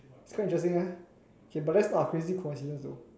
quite interesting ah okay but that's not a crazy coincidence though